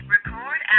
Record